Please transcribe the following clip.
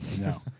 no